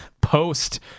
post